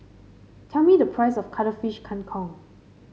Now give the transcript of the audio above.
tell me the price of Cuttlefish Kang Kong